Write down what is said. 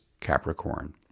Capricorn